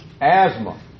Asthma